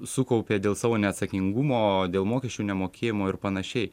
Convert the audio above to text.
sukaupė dėl savo neatsakingumo dėl mokesčių nemokėjimo ir panašiai